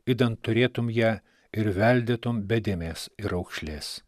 idant turėtum ją ir veldėtum be dėmės ir raukšlės